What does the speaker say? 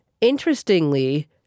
interestingly